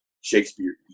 Shakespeare